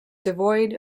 devoid